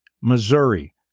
Missouri